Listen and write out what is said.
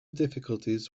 difficulties